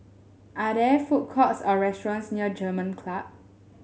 are there food courts or restaurants near German Club